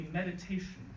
meditation